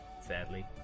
sadly